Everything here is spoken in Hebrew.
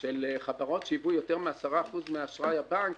של חברות שהיוו יותר מ-10% מאשראי הבנק,